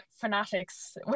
fanatics